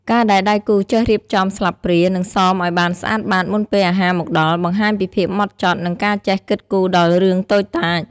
ការដែលដៃគូចេះរៀបចំស្លាបព្រា និងសមឱ្យបានស្អាតបាតមុនពេលអាហារមកដល់ បង្ហាញពីភាពហ្មត់ចត់ និងការចេះគិតគូរដល់រឿងតូចតាច។